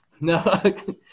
No